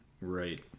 Right